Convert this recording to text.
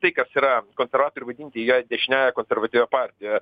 tai kas yra konservatoriai vadinti juos dešiniaja konservatyvia partija